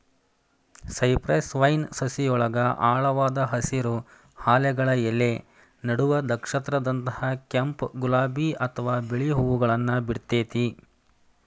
cypress vine ಸಸಿಯೊಳಗ ಆಳವಾದ ಹಸಿರು, ಹಾಲೆಗಳ ಎಲಿ ನಡುವ ನಕ್ಷತ್ರದಂತ ಕೆಂಪ್, ಗುಲಾಬಿ ಅತ್ವಾ ಬಿಳಿ ಹೂವುಗಳನ್ನ ಬಿಡ್ತೇತಿ